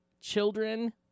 children